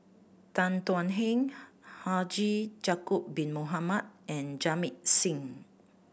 Tan Thuan Heng Haji Ya'acob Bin Mohamed and Jamit Singh